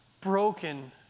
Broken